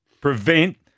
prevent